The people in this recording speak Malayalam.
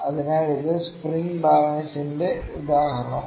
അതിനാൽ ഇത് സ്പ്രിംഗ് ബാലൻസിന്റെ ഒരു ഉദാഹരണമാണ്